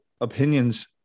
opinions